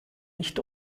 nicht